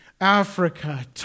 Africa